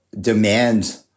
demand